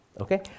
Okay